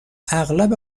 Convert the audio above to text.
اغلب